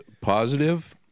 positive